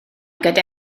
gyda